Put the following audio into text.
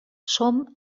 som